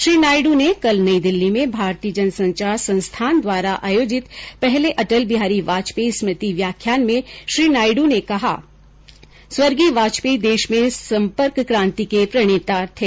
श्री नायडू ने कल नई दिल्ली में भारतीय जनसंचार संस्थान द्वारा आयोजित पहले अटल बिहारी वाजपेयी स्मृति व्याख्यान में श्री नायडू ने कहा स्वर्गीय वाजपेयी देष में संपर्क कांति के प्रणेता थे